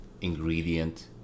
ingredient